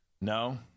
No